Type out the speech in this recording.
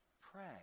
pray